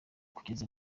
kugeza